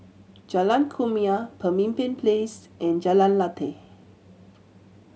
Jalan Kumia Pemimpin Place and Jalan Lateh